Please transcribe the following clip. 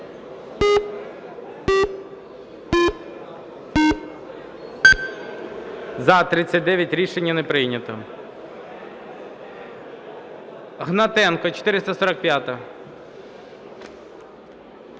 За-81 Рішення не прийнято.